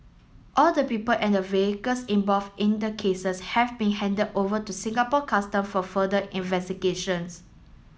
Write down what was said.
all the people and the vehicles involved in the cases have been handed over to Singapore Custom for further investigations